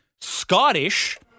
Scottish